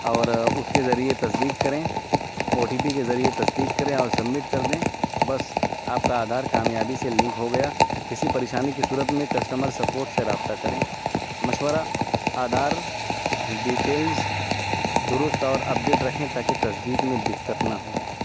اور اس کے ذریعے تصدیق کریں او ٹی پی کے ذریعے تصدیق کریں اور سبمٹ کر دیں بس آپ کا آدھار کامیابی سے لنک ہو گیا کسی پریشانی کی صورت میں کسٹمر سپورٹ سے رابطہ کریں مشورہ آدھار ڈیٹیلز درست اور اپ ڈیٹ رکھیں تاکہ تصدیق میں دقت نہ ہو